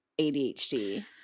ADHD